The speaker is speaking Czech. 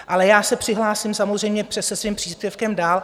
Ale já se přihlásím samozřejmě se svým příspěvkem dál.